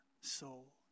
soul